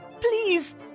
Please